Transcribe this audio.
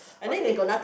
okay